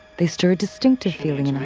they stir a distinctive feeling. you know